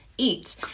eat